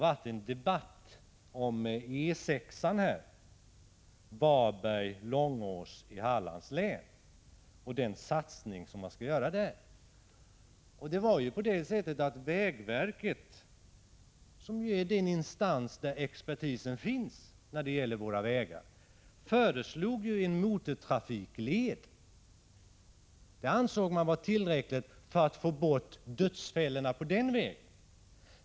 Men det har här förts en diskussion om den satsning som skall göras på E 6 mellan Varberg och Långås i Hallands län. Vägverket, som är den instans där expertisen finns när det gäller våra vägar, föreslog en motortrafikled. Verket ansåg det vara tillräckligt för att man skulle få bort dödsfällorna på den vägen.